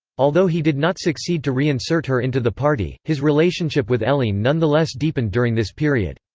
although he did not succeed to reinsert her into the party, his relationship with helene nonetheless deepened during this period.